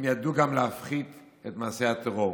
הם ידעו גם להפחית את מעשי הטרור.